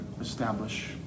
establish